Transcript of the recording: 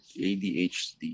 ADHD